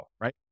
right